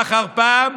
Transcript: פעם אחר פעם,